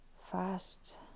fast